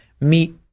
meet